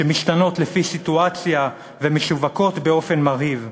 שמשתנות לפי סיטואציה ומשוּוקות באופן מרהיב.